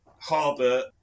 harbour